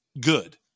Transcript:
good